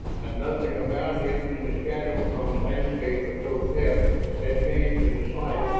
and nothing about him in the shadow-hung landscape of topaz had changed in the slightest.